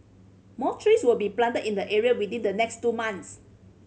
more trees will be planted in the area within the next two months